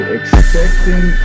expecting